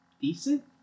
decent